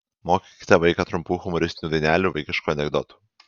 mokykite vaiką trumpų humoristinių dainelių vaikiškų anekdotų